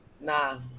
Nah